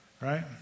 right